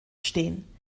stehen